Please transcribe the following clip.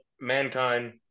mankind